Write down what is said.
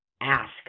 ask